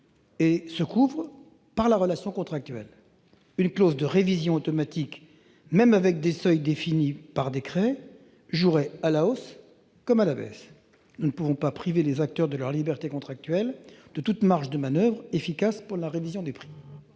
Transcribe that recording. et se couvrent par la relation contractuelle. Une clause de révision automatique, même avec des seuils définis par décret, jouerait à la hausse comme à la baisse. Nous ne pouvons pas priver les acteurs de leur liberté contractuelle et de toute marge de manoeuvre efficace pour la révision des prix.